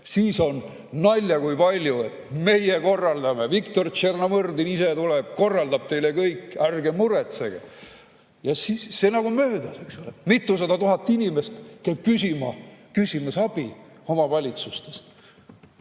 Siis on nalja kui palju, et meie korraldame. Viktor Tšernomõrdin ise tuleb, korraldab teile kõik, ärge muretsege. Ja see on nagu möödas, eks ole, aga mitusada tuhat inimest käib küsimas abi omavalitsustest.